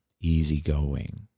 easygoing